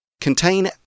contain